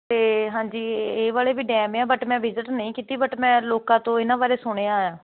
ਤੇ ਹਾਂਜੀ ਇਹ ਵਾਲੇ ਵੀ ਡੈਮ ਆ ਬਟ ਮੈਂ ਵਿਜਿਟ ਨਹੀਂ ਕੀਤੀ ਬਟ ਮੈਂ ਲੋਕਾਂ ਤੋਂ ਇਹਨਾਂ ਬਾਰੇ ਸੁਣਿਆ